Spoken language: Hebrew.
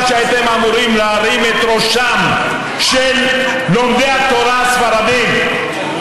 המאבק באתרי האינטרנט.